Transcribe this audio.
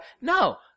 No